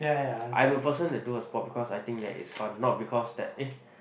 I'm a person that do a sport because I think that it's fun not because that eh